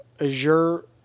Azure